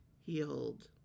healed